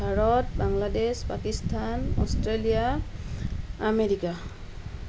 Bharat Bangladesh Pakistan Australia America